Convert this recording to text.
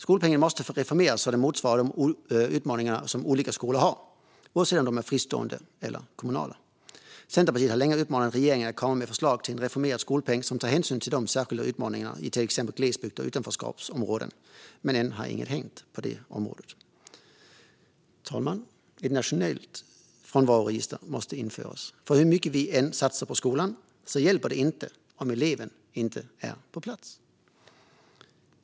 Skolpengen måste reformeras så att den motsvarar de utmaningar som olika skolor har, oavsett om de är fristående eller kommunala. Centerpartiet har länge uppmanat regeringen att komma med förslag om en reformerad skolpeng som tar hänsyn till de särskilda utmaningarna i till exempel glesbygd och utanförskapsområden, men ännu har inget hänt på detta område. Fru talman! Ett nationellt frånvaroregister måste införas. Hur mycket vi än satsar på skolan hjälper det inte om eleven inte är på plats.